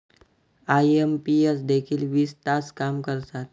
IMPS देखील वीस तास काम करतात?